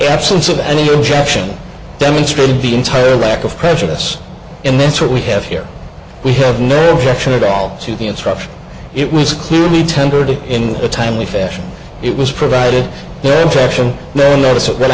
absence of any objection demonstrated the entire lack of prejudice and that's what we have here we have no objection at all to the instruction it was clearly tendered in a timely fashion it was provided then traction notice of that